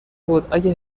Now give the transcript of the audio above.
بود، اگه